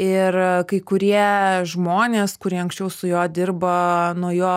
ir kai kurie žmonės kurie anksčiau su juo dirbo nuo jo